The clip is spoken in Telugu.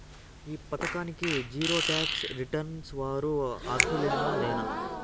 ఈ పథకానికి జీరో టాక్స్ రిటర్న్స్ వారు అర్హులేనా లేనా?